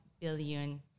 billion